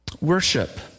Worship